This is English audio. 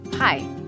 Hi